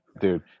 dude